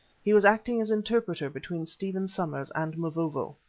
he was acting as interpreter between stephen somers and mavovo.